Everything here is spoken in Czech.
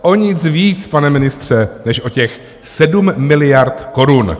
O nic víc, pane ministře, než o těch 7 miliard korun.